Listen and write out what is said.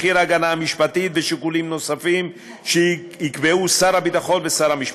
מחיר ההגנה המשפטית ושיקולים נוספים שיקבעו שר הביטחון ושר המשפטים.